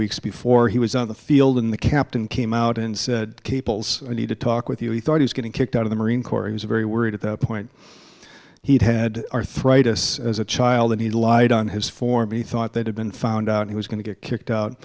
weeks before he was on the field in the captain came out and said peoples i need to talk with you he thought i was getting kicked out of the marine corps he was very worried at that point he'd had arthritis as a child and he lied on his former he thought that had been found out he was going to get kicked out